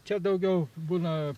čia daugiau būna